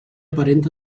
parenta